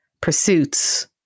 pursuits